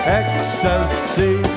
ecstasy